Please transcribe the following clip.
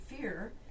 fear